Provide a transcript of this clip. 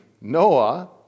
Noah